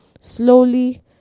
slowly